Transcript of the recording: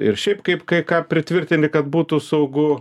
ir šiaip kaip kai ką pritvirtini kad būtų saugu